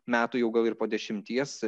metų jau gal ir po dešimties